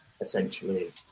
essentially